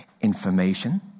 information